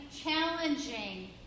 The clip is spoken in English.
challenging